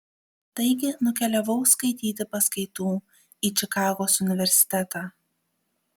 taigi nukeliavau skaityti paskaitų į čikagos universitetą